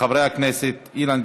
שלושה מתנגדים.